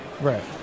Right